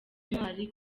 ntwari